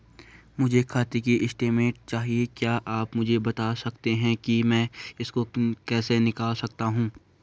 मुझे खाते की स्टेटमेंट चाहिए क्या आप मुझे बताना सकते हैं कि मैं इसको कैसे निकाल सकता हूँ?